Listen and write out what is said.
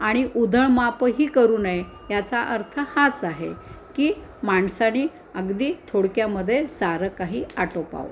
आणि उधळ माप ह करू नये याचा अर्थ हाच आहे की माणसानी अगदी थोडक्यामध्ये सारं काही आटोपाव